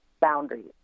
boundaries